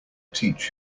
teach